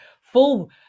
full